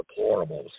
deplorables